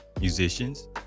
musicians